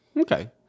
Okay